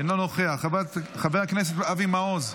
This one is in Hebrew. אינו נוכח, חבר הכנסת אבי מעוז,